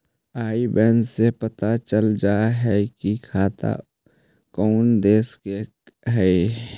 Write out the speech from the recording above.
आई बैन से पता चल जा हई कि खाता कउन देश के हई